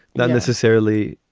not necessarily.